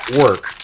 work